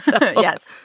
yes